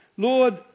Lord